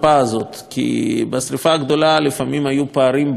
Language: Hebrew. כי בשרפה הגדולה לפעמים היו פערים בזמן עד